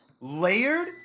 Layered